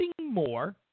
more